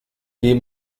dem